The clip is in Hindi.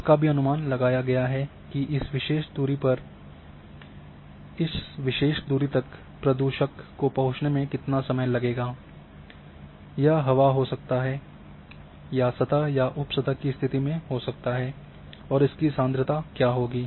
इसका भी अनुमान लगाया गया है कि इस विशेष दूरी तक प्रदूषक को पहुंचने में कितना समय लगेगा चाहे यह हवा हो या सतह या उप सतह की स्थिति में हो और इसकी सान्द्रता क्या होगी